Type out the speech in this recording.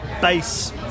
base